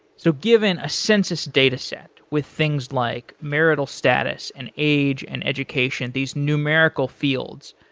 so given a census data set with things like marital status and age and education, these numerical fields.